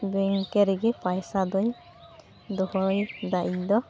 ᱵᱮᱝ ᱠᱮ ᱨᱮᱜᱮ ᱯᱟᱭᱥᱟᱫᱚᱧ ᱫᱚᱦᱚᱭᱫᱟ ᱤᱧᱫᱚ